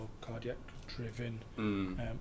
cardiac-driven